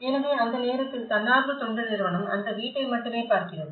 எனவே அந்த நேரத்தில் தன்னார்வ தொண்டு நிறுவனம் அந்த வீட்டை மட்டுமே பார்க்கிறது